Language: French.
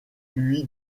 lui